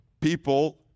People